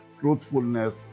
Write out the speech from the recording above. truthfulness